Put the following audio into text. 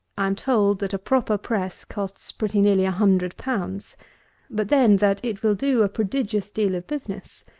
i am told that a proper press costs pretty nearly a hundred pounds but, then, that it will do prodigious deal of business.